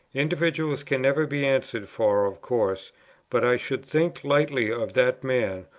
individuals can never be answered for of course but i should think lightly of that man,